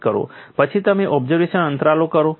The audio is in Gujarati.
પછી તમે ઓબ્ઝર્વેશન અંતરાલો કરો છો